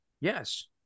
Yes